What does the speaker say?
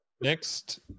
Next